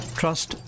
trust